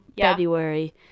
February